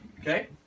Okay